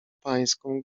pańską